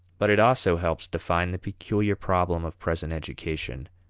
but it also helps define the peculiar problem of present education.